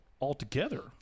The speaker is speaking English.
altogether